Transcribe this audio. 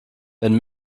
wenn